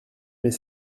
mais